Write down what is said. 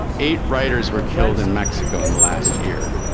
eight writers were killed in mexico in the last year.